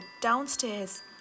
downstairs